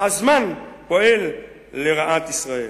הזמן פועל לרעת ישראל?